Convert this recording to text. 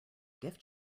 gift